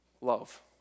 love